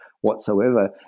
whatsoever